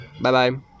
Bye-bye